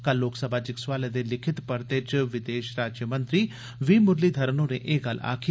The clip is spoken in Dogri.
कल लोकसभा च इक सोआलै दे लिखित परते च विदेश राज्यमंत्री वी मुरलीघरन होरें एह् गल्ल आखी